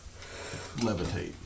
Levitate